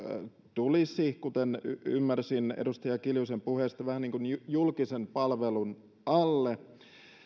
tulisi kuten ymmärsin edustaja kiljusen puheista vähän niin kuin julkisen palvelun alle